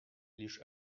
лишь